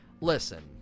listen